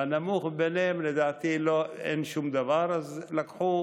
ובנמוך מביניהם לדעתי אין שום דבר, אז לקחו